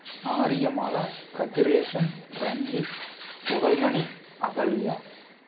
Aryamala Kathiresan Ranjith Pugazhmani Agaliya